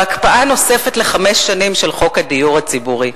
בהקפאה נוספת לחמש שנים של חוק הדיור הציבורי,